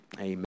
Amen